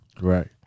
Right